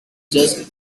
just